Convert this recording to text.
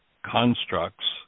constructs